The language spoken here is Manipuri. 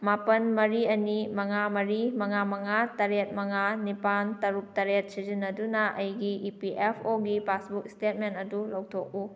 ꯃꯥꯄꯜ ꯃꯔꯤ ꯑꯅꯤ ꯃꯉꯥ ꯃꯔꯤ ꯃꯉꯥ ꯃꯉꯥ ꯇꯔꯦꯠ ꯃꯉꯥ ꯅꯤꯄꯥꯜ ꯇꯔꯨꯛ ꯇꯔꯦꯠ ꯁꯤꯖꯤꯟꯅꯗꯨꯅ ꯑꯩꯒꯤ ꯏ ꯄꯤ ꯑꯦꯐ ꯑꯣꯒꯤ ꯄꯥꯁꯕꯨꯛ ꯏꯁꯇꯦꯠꯃꯦꯟ ꯑꯗꯨ ꯂꯧꯊꯣꯛꯎ